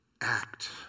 Act